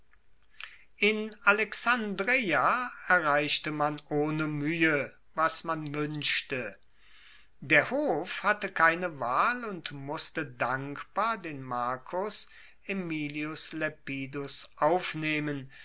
in alexandreia erreichte man ohne muehe was man wuenschte der hof hatte keine wahl und musste dankbar den marcus aemilius lepidus aufnehmen